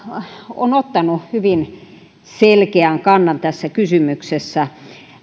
on ottanut hyvin selkeän kannan tässä kysymyksessä